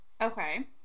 Okay